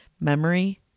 memory